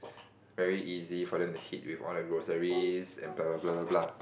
very easy for them to hit with all the groceries and blah blah blah blah blah